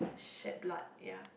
shed blood ya